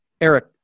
eric